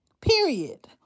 Period